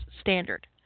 standard